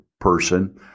person